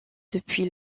depuis